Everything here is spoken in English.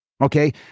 Okay